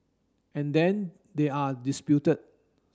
and then they are disputed